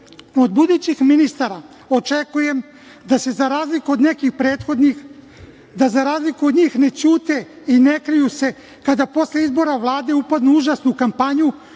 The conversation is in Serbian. od budućih ministara očekujem da se za razliku od nekih prethodnih, da za razliku od njih ne ćute i ne kriju se kada posle izbora vlade upadnu u užasnu kampanju